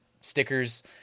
stickers